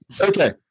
Okay